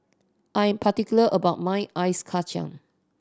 I am particular about my Ice Kachang